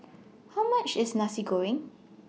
How much IS Nasi Goreng